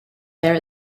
there